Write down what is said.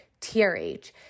TRH